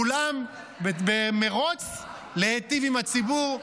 כולם במרוץ להיטיב עם הציבור.